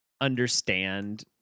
understand